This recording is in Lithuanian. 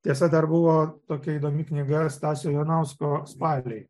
tiesa dar buvo tokia įdomi knyga stasio jonausko spaliai